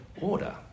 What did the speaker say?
order